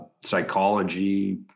psychology